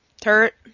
turret